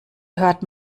hört